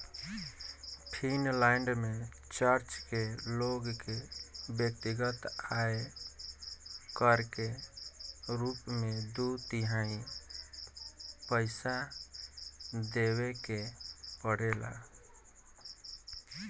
Finland में church के लोग के व्यक्तिगत आय कर के रूप में दू तिहाई पइसा देवे के पड़ेला